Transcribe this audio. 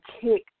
kick